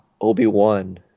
Obi-Wan